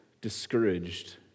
discouraged